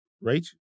Right